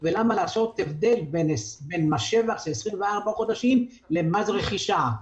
ולמה לעשות הבדל בין מס שבח 24 חודשים למס רכישה?